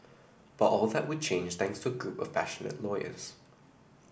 but all that would change thanks to a group of passionate lawyers